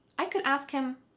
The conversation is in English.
i could ask him,